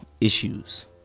issues